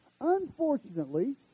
unfortunately